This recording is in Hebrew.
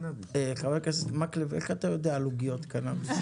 חבר הכנסת מקלב, איך אתה יודע על עוגיות קנביס?